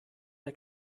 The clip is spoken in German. der